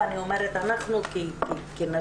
ואני אומרת אנחנו כנשים,